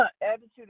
attitude